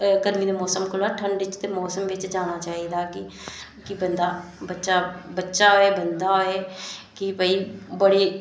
गर्मी दे मौसम कोला ठंड दे मौसम बिच जाना चाहिदा कि बंदा बच्चा बच्चा होऐ बंदा होऐ की भाई बड़े